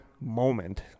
moment